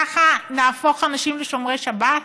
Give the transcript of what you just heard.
ככה נהפוך אנשים לשומרי שבת?